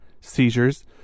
seizures